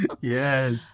yes